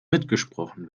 mitgesprochen